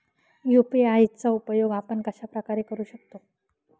UPI चा उपयोग आपण कशाप्रकारे करु शकतो?